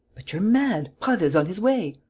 but you're mad! prasville's on his way!